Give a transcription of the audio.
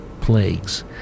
plagues